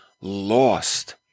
lost